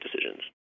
decisions